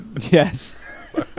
Yes